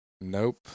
Nope